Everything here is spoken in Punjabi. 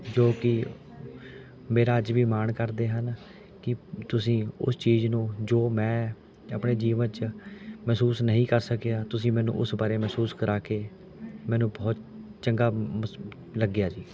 ਜੋ ਕਿ ਮੇਰਾ ਅੱਜ ਵੀ ਮਾਣ ਕਰਦੇ ਹਨ ਕਿ ਤੁਸੀਂ ਉਸ ਚੀਜ਼ ਨੂੰ ਜੋ ਮੈਂ ਆਪਣੇ ਜੀਵਨ 'ਚ ਮਹਿਸੂਸ ਨਹੀਂ ਕਰ ਸਕਿਆ ਤੁਸੀਂ ਮੈਨੂੰ ਉਸ ਬਾਰੇ ਮਹਿਸੂਸ ਕਰਾ ਕੇ ਮੈਨੂੰ ਬਹੁਤ ਚੰਗਾ ਮਸੂ ਲੱਗਿਆ ਜੀ